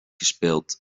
gespeeld